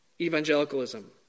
evangelicalism